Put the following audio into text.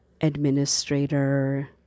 administrator